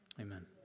Amen